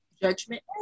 judgment